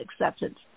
acceptance